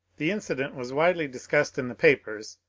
the incident was widely discussed in the papers,